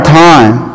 time